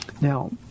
Now